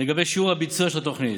לגבי שיעור הביצוע של התוכנית.